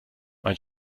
mein